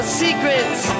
secrets